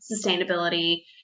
sustainability